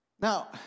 Now